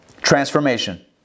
Transformation